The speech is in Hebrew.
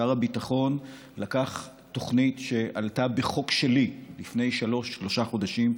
שר הביטחון לקח תוכנית שעלתה בחוק שלי לפני שלושה חודשים,